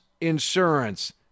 insurance